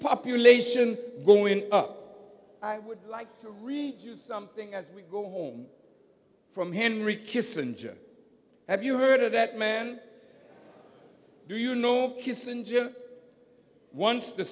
population going up i would like to read something as we go home from henry kissinger have you heard of that man do you know kissinger once the